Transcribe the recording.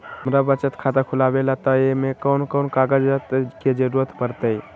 हमरा बचत खाता खुलावेला है त ए में कौन कौन कागजात के जरूरी परतई?